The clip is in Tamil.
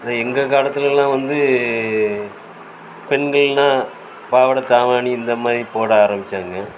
எங்கள் காலத்துலலாம் வந்து பெண்கள்ன்னா பாவாடை தாவாணி இந்த மாதிரி போட ஆரம்பிச்சாங்க